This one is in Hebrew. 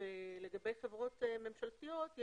ולגבי חברות ממשלתיות,